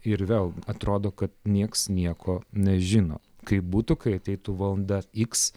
ir vėl atrodo kad nieks nieko nežino kaip būtų kai ateitų valanda x